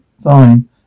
Fine